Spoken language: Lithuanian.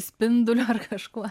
spinduliu ar kažkuo